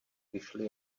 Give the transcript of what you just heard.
vyšly